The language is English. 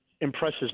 impresses